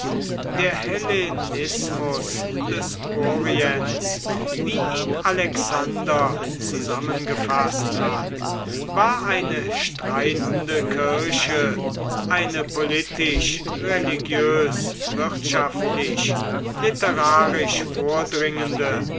der hellenismus des orients wie ihn alexander zusammengefaßt hat war eine streitende kirche eine politisch religiös wirtschaftlich literarisch vordringende